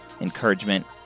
encouragement